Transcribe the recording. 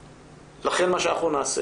לכן, מה שאנחנו נעשה